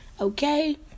okay